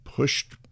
Pushed